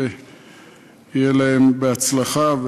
שיהיה להם בהצלחה,